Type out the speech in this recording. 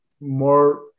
more